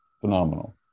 Phenomenal